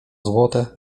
złote